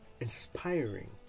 inspiring